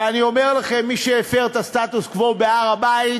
ואני אומר לכם, מי שהפר את הסטטוס-קוו בהר-הבית